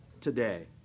today